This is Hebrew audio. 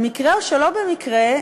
במקרה או שלא במקרה,